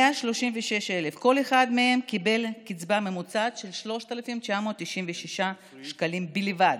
136,000. כל אחד מהם קיבל קצבה ממוצעת של 3,996 שקלים בלבד.